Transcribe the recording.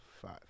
Five